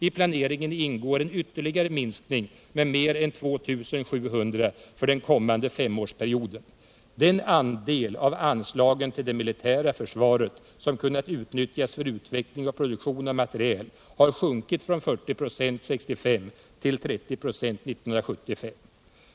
I planeringen ingår en ytterligare minskning med mer än 2 700 för den kommande femårsperioden. Den andel av anslagen till det militära försvaret som kunnat utnyttjas för utveckling och produktion av materiel har sjunkit från 40 96 1965 till 30 96 1975.